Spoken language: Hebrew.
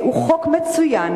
שהוא חוק מצוין,